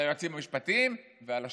על היועצים המשפטיים ועל השופטים.